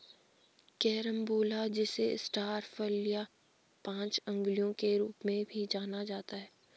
carambola जिसे star फल या पांच अंगुलियों के रूप में भी जाना जाता है